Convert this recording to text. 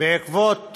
בעקבות